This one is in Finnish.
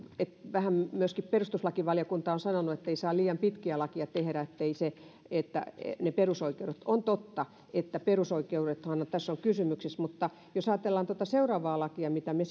vähän myöskin perustuslakivaliokunta on sanonut että ei saa liian pitkiä lakeja tehdä että ne perusoikeudet on totta että perusoikeudethan tässä ovat kysymyksessä mutta jos ajatellaan tuota seuraavaa lakia mitä me